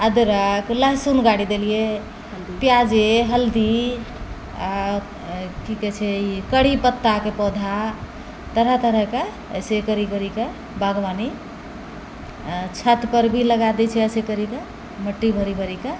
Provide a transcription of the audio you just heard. अदरक लहसुन गाड़ि देलिए प्याजे हल्दी आओर की कहै छै ई करी पत्ताके पौधा तरह तरहके अइसे करि करिकऽ बागबानी छतपर भी लगा दै छिए अइसे करिकऽ मिट्टी भरि भरिकऽ